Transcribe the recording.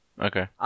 Okay